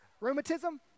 rheumatism